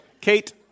Kate